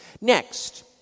Next